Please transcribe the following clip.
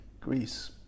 Greece